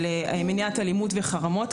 של מניעת אלימות וחרמות,